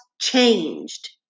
changed